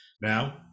Now